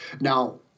Now